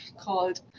called